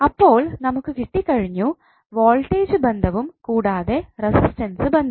അപ്പോൾ നമുക്ക് കിട്ടി കഴിഞ്ഞു വോൾട്ടേജ് ബന്ധവും കൂടാതെ റസിസ്റ്റൻസ് ബന്ധവും